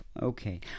Okay